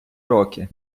роки